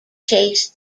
chase